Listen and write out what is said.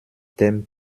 dem